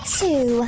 two